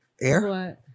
Air